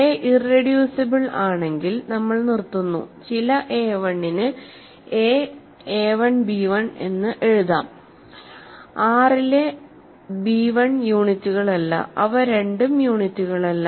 A irreducible ആണെങ്കിൽ നമ്മൾ നിർത്തുന്നു ചില a1 ന് a 1 b 1 എന്ന് എഴുതാം R ലെ b1 യൂണിറ്റുകളല്ല അവ രണ്ടും യൂണിറ്റുകളല്ല